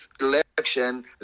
election